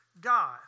God